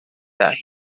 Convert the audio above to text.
that